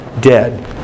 dead